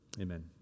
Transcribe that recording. amen